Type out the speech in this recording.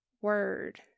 word